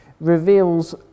reveals